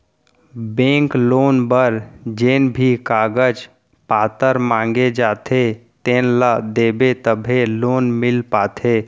bank loan बर जेन भी कागज पातर मांगे जाथे तेन ल देबे तभे लोन मिल पाथे